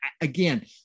again